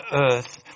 earth